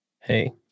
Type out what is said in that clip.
hey